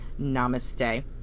namaste